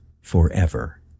forever